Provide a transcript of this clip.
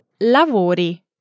lavori